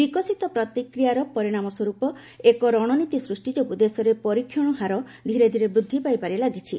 ବିକଶିତ ପ୍ରତିକ୍ରିୟାର ପରିଣାମ ସ୍ୱରୂପ ଏକ ରଣନୀତି ସୃଷ୍ଟି ଯୋଗୁଁ ଦେଶରେ ପରୀକ୍ଷଣ ହାର ଧୀରେ ଧୀରେ ବୃଦ୍ଧି ପାଇବାରେ ଲାଗିଛି